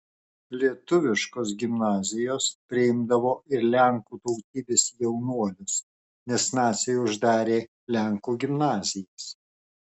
lietuviškos gimnazijos priimdavo ir lenkų tautybės jaunuolius nes naciai uždarė lenkų gimnazijas